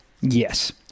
Yes